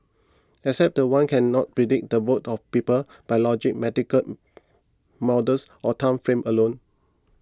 except that one cannot predict the votes of people by logic medical models or time frames alone